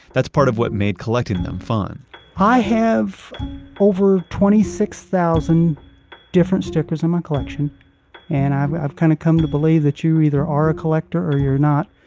that's part of what made collecting them fun i have over twenty six thousand different stickers in my collection and i've i've kind of come to believe that you either are a collector or you're not.